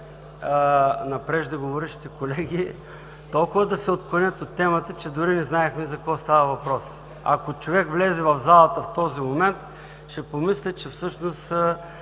на преждеговорившите колеги толкова да се отклонят от темата, че дори не знаехме за какво става въпрос. Ако човек влезе в залата в този момент, ще помисли, че всъщност